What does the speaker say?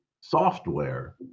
software